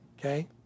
Okay